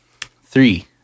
Three